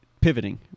Pivoting